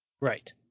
Right